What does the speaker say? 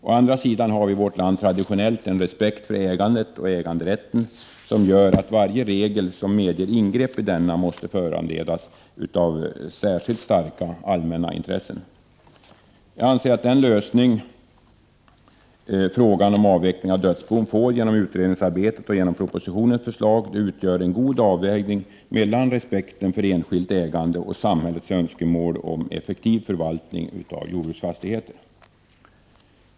Å andra sidan har vi i vårt land traditionellt en respekt för ägandet och äganderätten som medför att varje regel som medger ingrepp denna måste föranledas av särskilt starka allmänna intressen. Jag anser att den lösning som frågan om avveckling av dödsbon får genom utredningsarbetet och genom propositionens förslag utgör en god avvägning mellan respekten för enskilt ägande och samhällets önskemål om en effektiv förvaltning av jordbruksfastigheter.